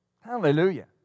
Hallelujah